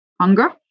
hunger